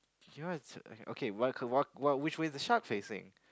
you know what's okay what what which way is the shark facing